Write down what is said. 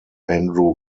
andrew